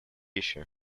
issue